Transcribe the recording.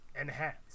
enhance